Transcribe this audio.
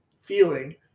feeling